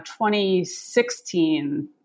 2016